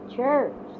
church